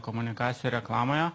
komunikacija reklamoje